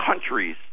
countries